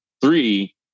three